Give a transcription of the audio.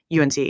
UNC